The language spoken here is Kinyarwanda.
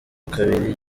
kabiri